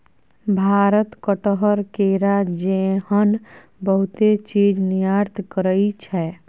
भारत कटहर, केरा जेहन बहुते चीज निर्यात करइ छै